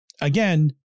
again